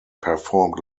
performed